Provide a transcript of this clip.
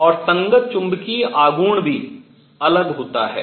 और संगत चुंबकीय आघूर्ण भी अलग होता है